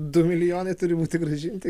du milijonai turi būti grąžinti